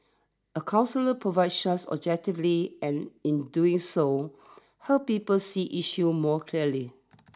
a counsellor provides such objectively and in doing so helps people see issues more clearly